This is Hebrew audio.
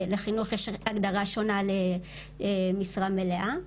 לחינוך יש הגדרה שונה למשרה מלאה.